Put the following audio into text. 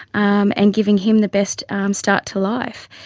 um and giving him the best um start to life.